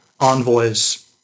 envoy's